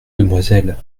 demoiselle